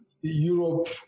Europe